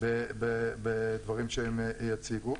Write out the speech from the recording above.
בדברים שהם יציגו,